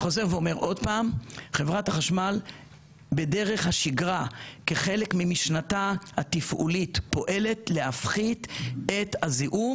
חברת החשמל בדרך השגרה כחלק ממשנתה התפעולית פועלת להפחית את הזיהום